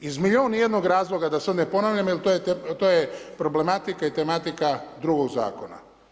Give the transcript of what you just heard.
Iz milijun i jednog razloga, da sada ne ponavljam jer to je problematika i tematika drugog zakona.